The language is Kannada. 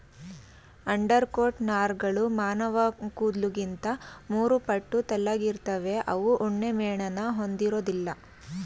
ಅಂಡರ್ಕೋಟ್ ನಾರ್ಗಳು ಮಾನವಕೂದ್ಲಿಗಿಂತ ಮೂರುಪಟ್ಟು ತೆಳ್ಳಗಿರ್ತವೆ ಅವು ಉಣ್ಣೆಮೇಣನ ಹೊಂದಿರೋದಿಲ್ಲ